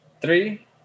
three